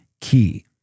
key